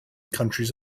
countries